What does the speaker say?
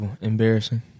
Embarrassing